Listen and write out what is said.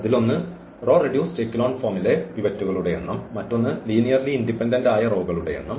അതിലൊന്ന് row reduced echelon ഫോമിലെ പിവറ്റുകളുടെ എണ്ണം മറ്റൊന്ന് ലീനിയർലി ഇൻഡിപെൻഡന്റ് ആയ റോകളുടെ എണ്ണം